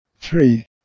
three